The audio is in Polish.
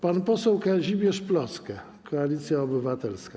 Pan poseł Kazimierz Plocke, Koalicja Obywatelska.